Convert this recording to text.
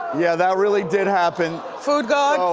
yeah, that really did happen. foodgod.